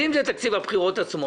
אם זה תקציב הבחירות עצמו,